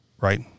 right